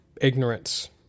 ignorance